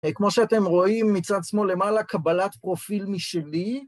כמו שאתם רואים מצד שמאל למעלה, קבלת פרופיל משלי.